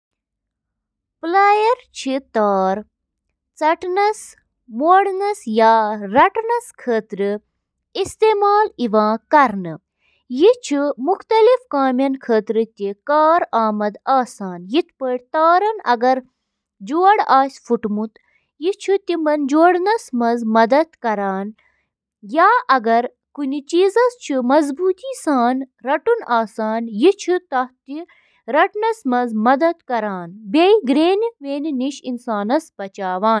اکھ digital camera, یتھ digicam تہِ ونان چھِ، چھُ اکھ کیمرا یُس ڈیجیٹل میموری منٛز فوٹو رٹان چھُ۔ ایمِچ کٲم چِھ کُنہِ چیزٕ یا موضوع پیٹھہٕ لائٹ ایکہِ یا زیادٕہ لینزٕ کہِ ذریعہِ کیمراہس منز گزران۔ لینس چھِ گاشَس کیمراہَس منٛز ذخیرٕ کرنہٕ آمٕژ فلمہِ پٮ۪ٹھ توجہ دِوان۔